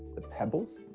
the pebbles.